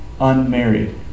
unmarried